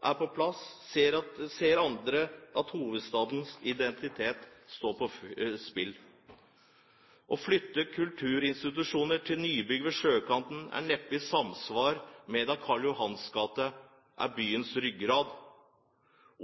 skal på plass, ser andre at hovedstadens identitet står på spill. Å flytte kulturinstitusjoner til nybygg ved sjøkanten er neppe i samsvar med at Karl Johans gate er byens ryggrad.